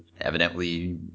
evidently